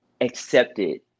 accepted